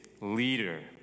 leader